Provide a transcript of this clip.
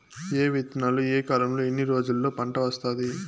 ఏ విత్తనాలు ఏ కాలంలో ఎన్ని రోజుల్లో పంట వస్తాది?